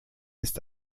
ist